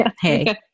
hey